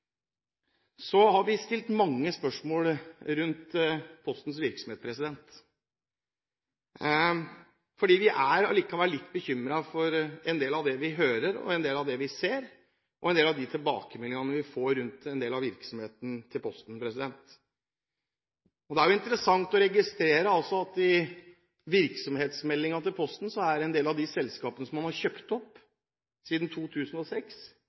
Så har vi stilt mange spørsmål rundt Postens virksomhet, fordi vi allikevel er litt bekymret for en del av det vi hører, en del av det vi ser, og en del av de tilbakemeldingene vi får rundt en del av virksomheten til Posten. I virksomhetsmeldingen til Posten er det interessant å registrere at en del av de virksomhetene man har kjøpt opp siden 2006,